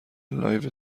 لایو